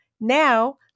Now